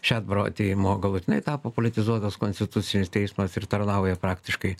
šedbaro atėjimo galutinai tapo politizuotas konstitucinis teismas ir tarnauja praktiškai